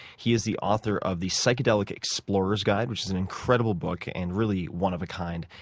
he is the author of the psychedelic explorer's guide, which is an incredible book and really one of a kind,